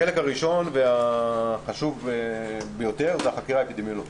החלק הראשון והחשוב ביותר הוא החקירה האפידמיולוגית.